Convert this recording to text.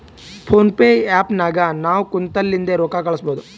phone pay app ನಾಗ್ ನಾವ್ ಕುಂತಲ್ಲಿಂದೆ ರೊಕ್ಕಾ ಕಳುಸ್ಬೋದು